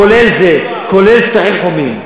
כולל זה, כולל שטחים חומים.